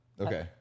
okay